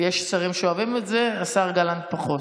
יש שרים שאוהבים את זה, השר גלנט פחות.